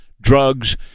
drugs